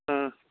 ꯎꯝ